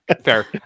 fair